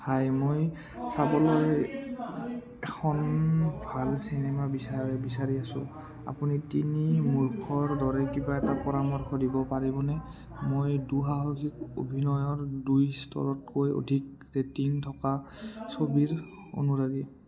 হাই মই চাবলৈ এখন ভাল চিনেমা বিচাৰি বিচাৰি আছোঁ আপুনি তিনি মূৰ্খৰ দৰে কিবা এটা পৰামৰ্শ দিব পাৰিবনে মই দুঃসাহসিক অভিযানৰ দুই ষ্টাৰতকৈ অধিক ৰেটিং থকা ছবিৰ অনুৰাগী